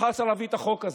מחר צריך את החוק הזה,